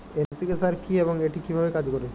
NPK সার কি এবং এটি কিভাবে কাজ করে?